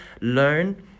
learn